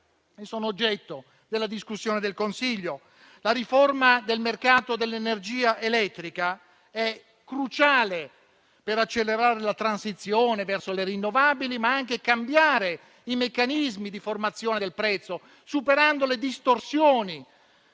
sono oggetto della discussione del Consiglio. La riforma del mercato dell'energia elettrica è cruciale per accelerare la transizione verso le rinnovabili, ma anche cambiare i meccanismi di formazione del prezzo, superando le distorsioni